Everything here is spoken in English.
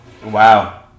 Wow